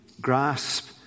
grasp